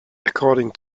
according